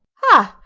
ha!